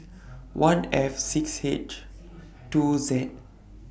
one F six H two Z